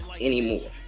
anymore